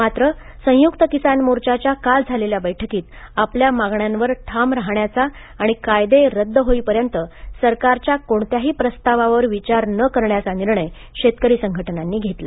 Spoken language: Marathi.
मात्र संयुक्त किसान मोर्चाच्या काल झालेल्या बैठकीत आपल्या मागण्यांवर ठाम राहण्याचा आणि कायदे रद्द होईपर्यंत सरकारच्या कोणत्याही प्रस्तावावर विचार न करण्याचा निर्णय शेतकरी संघटनांनी घेतला